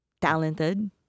talented